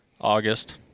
August